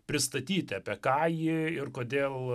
pristatyti apie ką ji ir kodėl